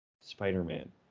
spider-man